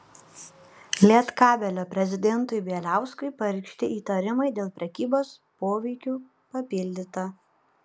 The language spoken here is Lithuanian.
lietkabelio prezidentui bieliauskui pareikšti įtarimai dėl prekybos poveikiu papildyta